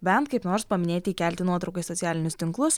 bent kaip nors paminėti įkelti nuotrauką į socialinius tinklus